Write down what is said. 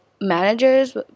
managers